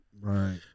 Right